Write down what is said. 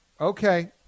Okay